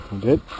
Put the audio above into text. Good